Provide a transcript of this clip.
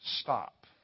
stop